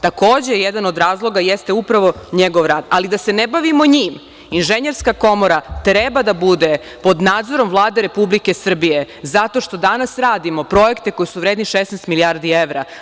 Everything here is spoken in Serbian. Takođe, jedan od razloga jeste upravo njegov rad, ali da se ne bavi njim Inženjerska komora treba da bude pod nadzorom Vlade Republike Srbije zato što danas radio projekte koji su vredni 16 milijardi evra.